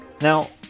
Now